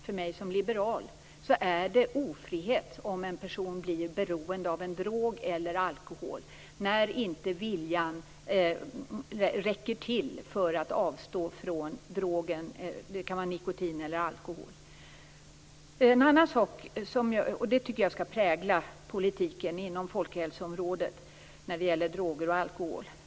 För mig som liberal är det ofrihet om en person blir beroende av en drog eller av alkohol när viljan inte räcker till för att man skall avstå från drogen - det kan röra sig om nikotin eller om alkohol. Jag tycker att det skall prägla politiken inom folkhälsoområdet när det gäller droger och alkohol.